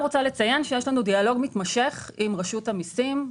אציין שיש לנו דיאלוג מתמשך עם רשות המסים,